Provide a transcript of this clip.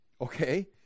okay